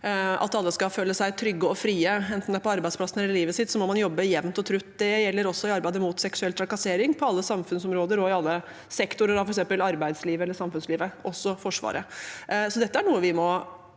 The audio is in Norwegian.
at alle skal føle seg trygge og frie, enten det er på arbeidsplassen eller i livet sitt, må man jobbe jevnt og trutt. Det gjelder også i arbeidet mot seksuell trakassering, på alle samfunnsområder og i alle sektorer, f.eks. i arbeidslivet eller i samfunnslivet, og også i Forsvaret. Dette er noe vi må